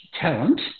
talent